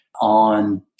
on